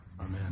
Amen